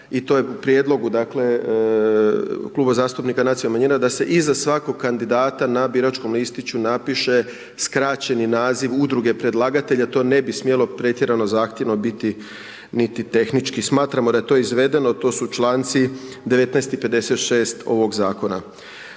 i to je u prijedlogu Kluba zastupnika Nacionalnog manjina, da se iza svakog kandidata, na biračkom listiću napiše skraćeni naziv udruge predlagatelja, to ne bi smjelo pretjerano, zahtjevno biti niti tehnički. Smatramo da je to izvedeno, to su čl. 19. i 56. ovog zakona.